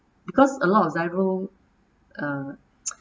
because a lot of GIRO uh